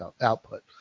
output